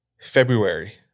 February